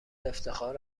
افتخار